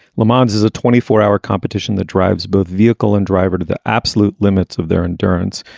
le mans is a twenty four hour competition that drives both vehicle and driver to the absolute limits of their endurance.